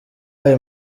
aya